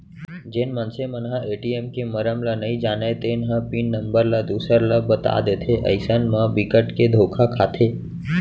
जेन मनसे मन ह ए.टी.एम के मरम ल नइ जानय तेन ह पिन नंबर ल दूसर ल बता देथे अइसन म बिकट के धोखा खाथे